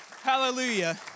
Hallelujah